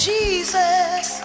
Jesus